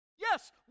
Yes